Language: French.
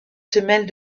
semelles